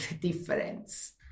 difference